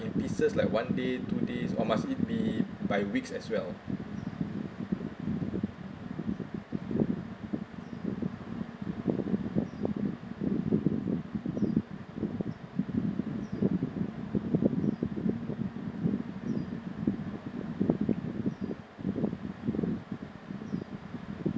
in pieces like one day two days or must it be by weeks as well